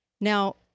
Now